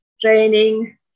training